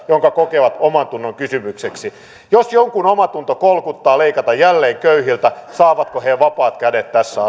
jonka kokevat omantunnon kysymykseksi jos jonkun omatunto kolkuttaa leikata jälleen köyhiltä saavatko he vapaat kädet tässä